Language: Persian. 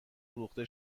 فروخته